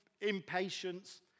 impatience